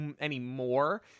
anymore